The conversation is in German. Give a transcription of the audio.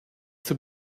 zur